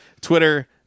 Twitter